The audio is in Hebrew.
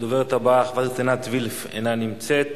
הדוברת הבאה, חברת הכנסת עינת וילף, אינה נמצאת.